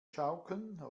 schaukeln